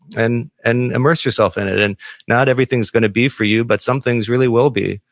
and and immerse yourself in it and not everything's going to be for you, but some things really will be.